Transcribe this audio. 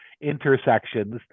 intersections